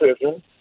decision